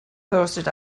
posted